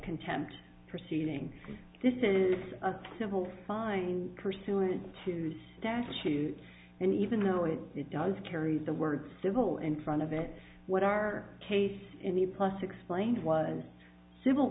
contempt proceeding this is a civil fine pursuant to statute and even though it does carry the words civil in front of it what our case in the us explained was civil